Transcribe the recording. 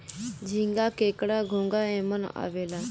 झींगा, केकड़ा, घोंगा एमन आवेला